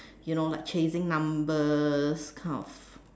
you know like chasing numbers kind of